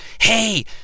Hey